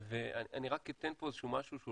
אני רק אתן פה איזה שהוא משהו,